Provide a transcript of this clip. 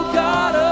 god